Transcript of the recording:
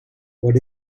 what